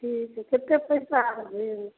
कि कतेक पइसा भेल